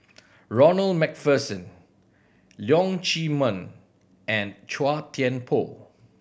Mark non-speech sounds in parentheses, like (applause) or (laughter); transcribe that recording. (noise) Ronald Macpherson Leong Chee Mun and Chua Thian Poh